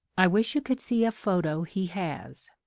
i wish you could see a photo he has.